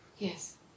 Yes